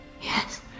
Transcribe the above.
Yes